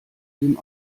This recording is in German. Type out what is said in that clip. dem